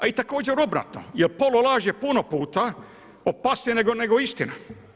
A i također obratno, jer polulaž je puno puta opasnija nego istina.